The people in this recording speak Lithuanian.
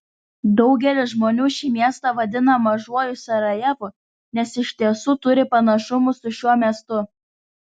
daugelis žmonių šį miestą vadina mažuoju sarajevu nes iš tiesų turi panašumų su šiuo miestu